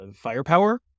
firepower